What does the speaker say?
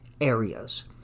areas